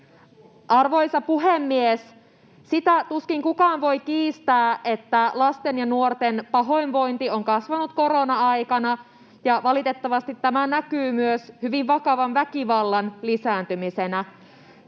Arvoisa puhemies! Sitä tuskin kukaan voi kiistää, että lasten ja nuorten pahoinvointi on kasvanut korona-aikana, ja valitettavasti tämä näkyy myös hyvin vakavan väkivallan lisääntymisenä.